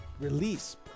release